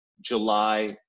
July